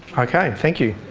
okay, thank you.